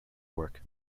work